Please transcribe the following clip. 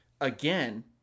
again